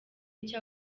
icyo